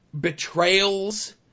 betrayals